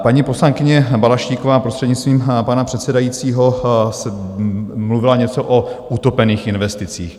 Paní poslankyně Balaštíková, prostřednictvím pana předsedajícího, mluvila něco o utopených investicích.